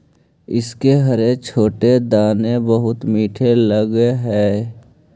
इसके हरे छोटे दाने बहुत मीठे लगअ हई